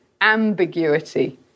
ambiguity